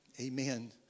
Amen